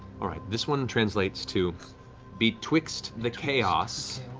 all right, this one translates to betwixt the chaos,